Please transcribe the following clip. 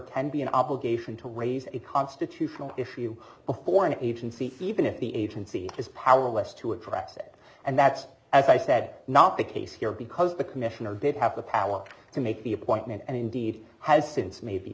can be an obligation to raise a constitutional issue before an agency even if the agency is powerless to attract it and that's as i said not the case here because the commissioner did have the power to make the appointment and indeed has since ma